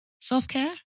Self-care